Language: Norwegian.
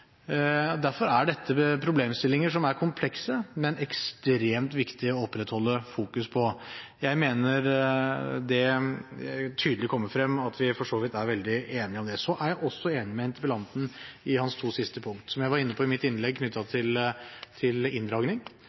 Derfor er dette problemstillinger som er komplekse, men ekstremt viktig å opprettholde et fokus på. Jeg mener det tydelig kommer frem at vi for så vidt er veldig enige om det. Jeg er også enig med interpellanten i hans to siste punkt. Som jeg var inne på i mitt innlegg knyttet til inndragning,